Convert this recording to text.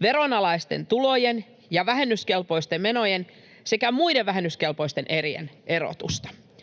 veronalaisten tulojen ja vähennyskelpoisten menojen sekä muiden vähennyskelpoisten erien erotusta.